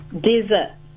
Desert